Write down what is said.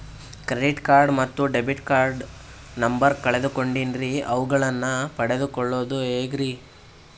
Credit card ಮತ್ತು debit card number ಕಳೆದುಕೊಂಡಿನ್ರಿ ಅವುಗಳನ್ನ ಪಡೆದು ಕೊಳ್ಳೋದು ಹೇಗ್ರಿ?